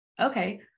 Okay